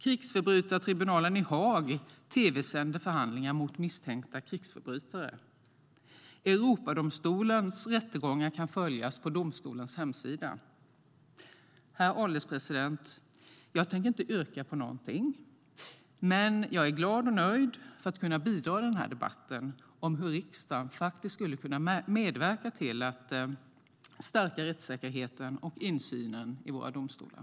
Krigsförbrytartribunalen i Haag tv-sänder förhandlingar mot misstänkta krigsförbrytare. Europadomstolens rättegångar kan följas på domstolens hemsida. Herr ålderspresident! Jag tänker inte yrka på någonting, men jag är glad och nöjd att jag har kunnat bidra i debatten om hur riksdagen kan medverka till att stärka rättssäkerheten och insynen i våra domstolar.